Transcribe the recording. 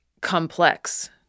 complex